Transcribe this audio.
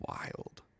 wild